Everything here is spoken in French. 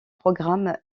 programme